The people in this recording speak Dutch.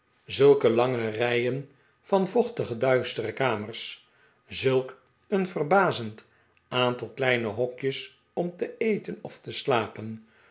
zulke lange rijen van vochtige duistere kamers zulk een verbazend aantal kleine hokjes om te eten of te slapen